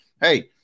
hey